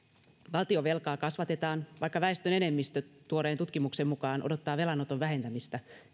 valtionvelkaa kasvatetaan vaikka väestön enemmistö tuoreen tutkimuksen mukaan odottaa velanoton vähentämistä